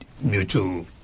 mutual